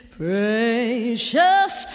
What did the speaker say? precious